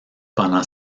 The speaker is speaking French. pendant